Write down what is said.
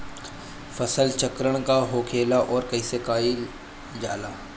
फसल चक्रण का होखेला और कईसे कईल जाला?